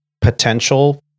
potential